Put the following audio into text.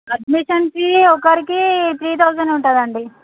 admission fee ఒకరికి three thousand ఉంటుంది అండి